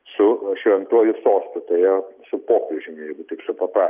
su šventuoju sostu tai yra su popiežiumi jeigu taip supapra